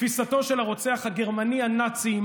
תפיסתו של הרוצח הגרמני הנאצי,